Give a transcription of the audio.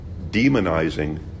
Demonizing